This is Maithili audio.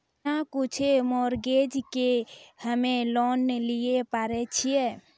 बिना कुछो मॉर्गेज के हम्मय लोन लिये पारे छियै?